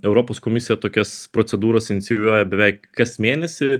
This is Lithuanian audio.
europos komisija tokias procedūras inicijuoja beveik kas mėnesį